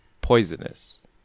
poisonous